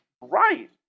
Right